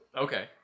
Okay